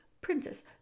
princess